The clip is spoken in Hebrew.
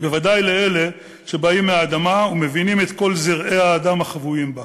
בוודאי לאלה שבאים מהאדמה ומבינים את כל זרעי האדם החבויים בה.